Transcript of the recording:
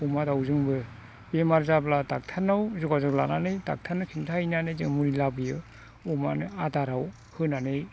अमा दाउजोंबो बेमार जाब्ला ड'क्टरनाव जगाजग लानानै ड'क्टरनो खिन्था हैनानै जोङो मुलि लाबोयो अमानो आदाराव होनानै